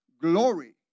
glory